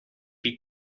you